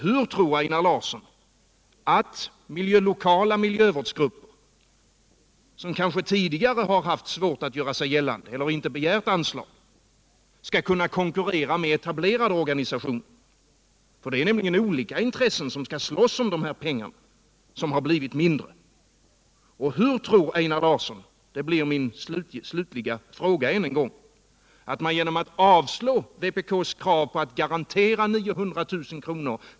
Hur tror Einar Larsson att lokala miljövårdsgrupper, som kanske tidigare har svårt att göra sig gällande eller inte har begärt anslag, skall kunna konkurrera med etablerade organisationer? Det är nämligen olika intressen som skall slåss om de här pengarna som har blivit mindre. Och hur tror Einar Larsson — det blir min slutliga fråga än en gång — att man genom att avslå vpk:s krav på att garantera 900 000 kr.